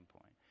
point